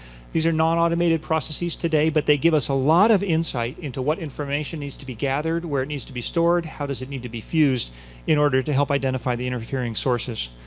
these are non-automated processes today, but they give us a lot of insight into what information needs to be gathered, where it needs to be stored, how it needs to be fused in order to help identify the interfering sources.